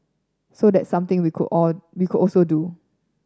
so that's something we could all we could also do